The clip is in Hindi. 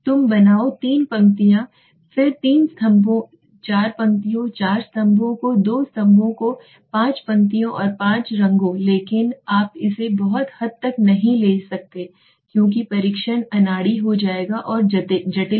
तुम बनाओ तीन पंक्तियों फिर तीन स्तंभों चार पंक्तियों चार स्तंभों को दो स्तंभों को पांच पंक्तियों को पांच रंगों लेकिन आप इसे बहुत हद तक नहीं ले सकते क्योंकि परीक्षण अनाड़ी हो जाएगा और जटिल